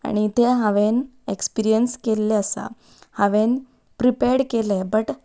आनी तें हांवें एक्सपिरियंस केल्लें आसा हांवें प्रिपॅर केलें बट